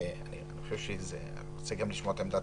אני רוצה לשמוע את עמדת